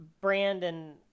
Brandon